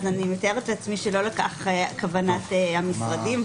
אז אני מתארת לעצמי שלא לכך כוונת המשרדים,